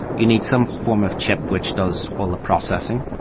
you need some form of chip which does all the processing,